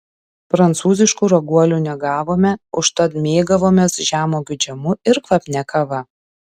prancūziškų raguolių negavome užtat mėgavomės žemuogių džemu ir kvapnia kava